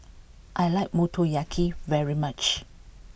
I like Motoyaki very much